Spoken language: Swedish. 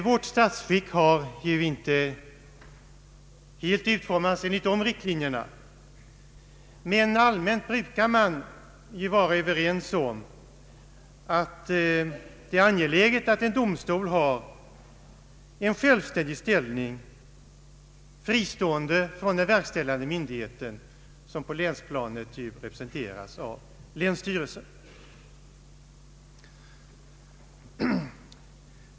Vårt statsskick har nu inte helt utformats enligt de riktlinjerna, men allmänt brukar man vara överens om att det är angeläget att en domstol har en självständig ställning, fristående från den verkställande myndigheten som på länsplanet ju representeras av länsstyrelsen.